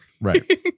Right